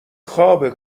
خوابه